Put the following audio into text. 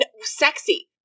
sexy